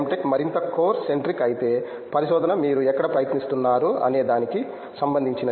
tech మరింత core centric అయితే పరిశోధన మీరు ఎక్కడ ప్రయత్నిస్తున్నారో అనే దానికి సంబంధించినది